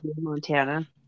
Montana